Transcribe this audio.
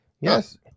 Yes